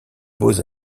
beaux